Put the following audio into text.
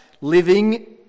living